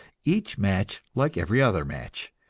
each match like every other match,